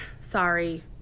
Sorry